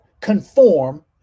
conform